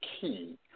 key